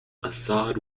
assad